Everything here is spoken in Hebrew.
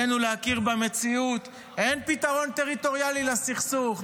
עלינו להכיר במציאות: אין פתרון טריטוריאלי לסכסוך,